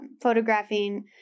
photographing